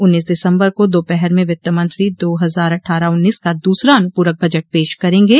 उन्नीस दिसम्बर को दोपहर में वित्त मंत्री दो हजार अट्ठारह उन्नीस का दूसरा अनुपूरक बजट पेश करेंगे